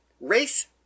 Race